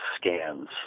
scans